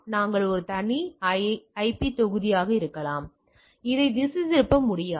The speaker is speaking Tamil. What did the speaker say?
நாங்கள் ஒரு தனியார் ஐபி தொகுதியாக இருக்கலாம் இது திசைதிருப்ப முடியாதது